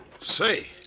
Say